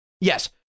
Yes